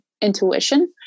intuition